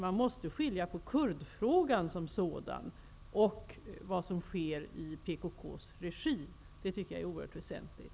Man måste skilja på kurdfrågan och vad som sker i PKK:s regi. Det är oerhört väsentligt.